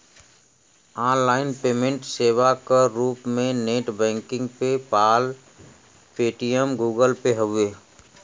online payment सेवा क रूप में net banking PayPal, Paytm, Google Pay हउवे